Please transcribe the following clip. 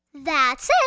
that's it.